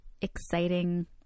exciting